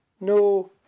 No